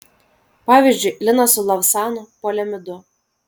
pavyzdžiui linas su lavsanu poliamidu